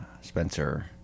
Spencer